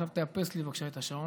עכשיו תאפס לי, בבקשה, את השעון.